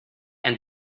and